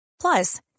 Plus